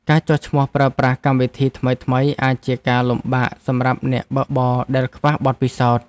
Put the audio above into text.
ការចុះឈ្មោះប្រើប្រាស់កម្មវិធីថ្មីៗ អាចជាការលំបាកសម្រាប់អ្នកបើកបរដែលខ្វះបទពិសោធន៍។